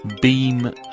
beam